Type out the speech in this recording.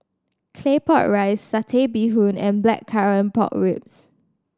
Claypot Rice Satay Bee Hoon and Blackcurrant Pork Ribs